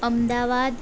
Ahmedabad